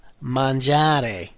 mangiare